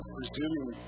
presuming